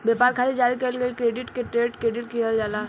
ब्यपार खातिर जारी कईल गईल क्रेडिट के ट्रेड क्रेडिट कहल जाला